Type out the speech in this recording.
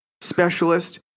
specialist